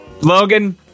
Logan